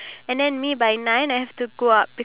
stop it